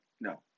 No